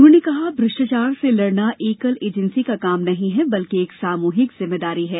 उन्होंने कहा भ्रष्टाचार से लड़ना एकल एजेंसी का काम नहीं है बल्कि एक सामूहिक जिम्मेदारी है